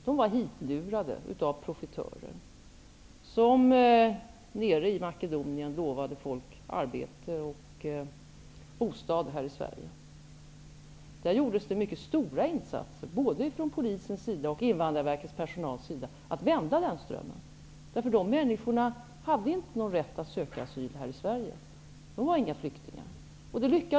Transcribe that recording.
De var hitlurade av profitörer i Makedonien, som lovade folk arbete och bostad i Sverige. Det gjordes mycket stora insatser både från polisens och Invandrarverkets sida för att vända den strömmen, och det lyckades man också med. Dessa människor hade ju inte någon rätt att söka asyl här i Sverige. De var inga flyktingar.